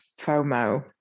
FOMO